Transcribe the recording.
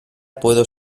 puedo